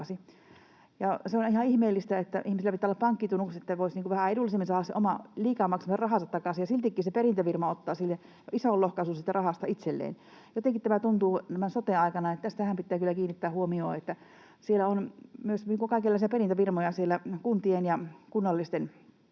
Se on ihan ihmeellistä, että ihmisellä pitää olla pankkitunnukset, että voisi vähän edullisemmin saada sen liikaa maksamansa rahan takaisin, ja siltikin se perintäfirma ottaa ison lohkaisun siitä rahasta itselleen. Jotenkin tuntuu tämän soten aikana, että tähänhän pitää kyllä kiinnittää huomiota, että siellä kuntien ja kunnallisten